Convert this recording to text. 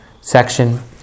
section